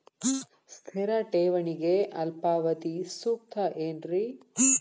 ಸ್ಥಿರ ಠೇವಣಿಗೆ ಅಲ್ಪಾವಧಿ ಸೂಕ್ತ ಏನ್ರಿ?